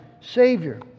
Savior